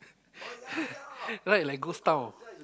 right like ghost town